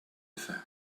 effet